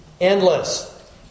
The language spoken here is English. endless